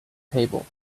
table